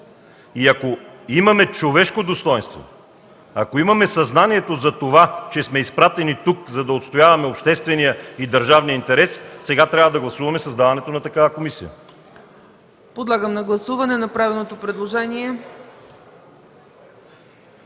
И ако имаме човешко достойнство, ако имаме съзнанието за това, че сме изпратени тук, за да отстояваме обществения и държавни интереси, сега трябва да гласуваме създаването на такава комисия.